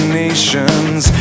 nations